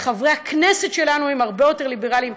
וחברי הכנסת שלנו הם הרבה יותר ליברלים.